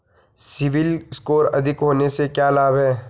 CIBIL score अधिक होने से क्या लाभ हैं?